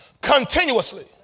continuously